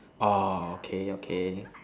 orh okay okay